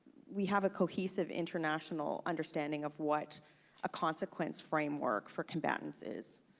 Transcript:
we have a cohesive international understanding of what a consequence framework for combatants is.